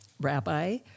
Rabbi